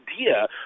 idea